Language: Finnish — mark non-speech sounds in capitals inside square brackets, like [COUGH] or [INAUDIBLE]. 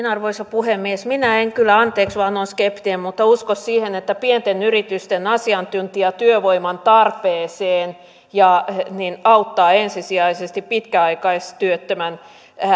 [UNINTELLIGIBLE] arvoisa puhemies minä en kyllä anteeksi vaan olen skeptinen usko siihen että pienten yritysten asiantuntijatyövoiman tarpeeseen auttaa ensisijaisesti pitkäaikaistyöttömän